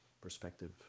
perspective